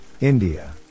India